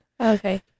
Okay